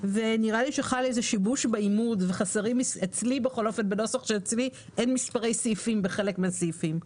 שחל שיבוש בעימוד ובנוסח שיש לי אין מספרי סעיפים בחלק מהסעיפים.